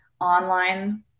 online